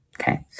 okay